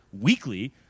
weekly